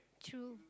true